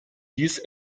dies